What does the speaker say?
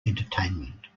entertainment